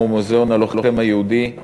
כמו מוזיאון הלוחם היהודי בלטרון,